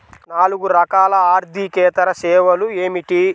నాలుగు రకాల ఆర్థికేతర సేవలు ఏమిటీ?